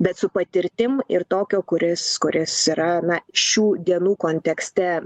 bet su patirtim ir tokio kuris kuris yra na šių dienų kontekste